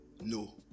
no